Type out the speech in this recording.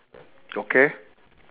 okay